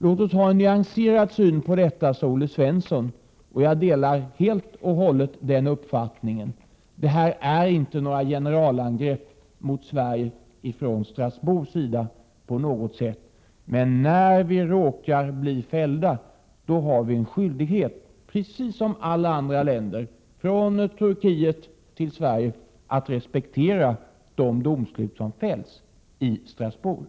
Låt oss ha en nyanserad syn på detta, sade Olle Svensson. Jag delar helt och hållet — Prot. 1987/88:99 den uppfattningen. Det här är inte på något sätt fråga om några generalan = 13 april 1988 grepp mot Sverige från Europadomstolens sida. Men när vi råkar bli fällda har vi en skyldighet att precis som alla andra länder — från Turkiet till Sverige — respektera de domstolsutslag som fälls i Strasbourg.